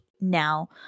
now